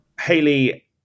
Haley